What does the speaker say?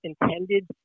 intended